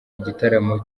igitaramo